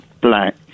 black